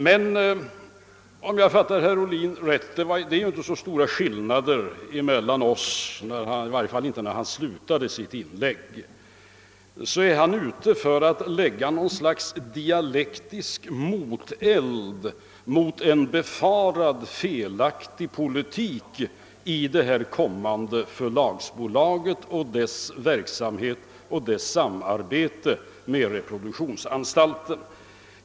Men om jag fattade herr Ohlin rätt — det föreligger ju inte så stora skillnader mellan våra uppfattningar, i varje fall inte att döma av slutet av hans inlägg — är han ute för att anlägga något slags dialektisk moteld mot en befarad felaktig politik beträffande det kommande förlagsbolaget och dess verksamhet samt dess samarbete med reproduktionsanstalten.